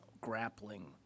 grappling